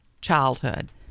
childhood